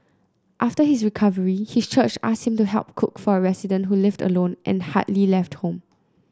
after his recovery his church asked him to help cook for a resident who lived alone and hardly left home